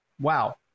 wow